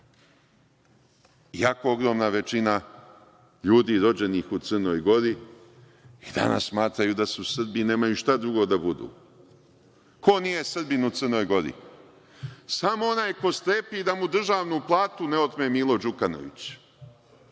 iako ogromna većina ljudi rođenih u Crnoj Gori i danas smatraju da su Srbi i nemaju šta drugo da budu. Ko nije Srbin u Crnoj Gori? Samo onaj ko strepi da mu državnu platu ne otme Milo Đukanović,